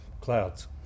clouds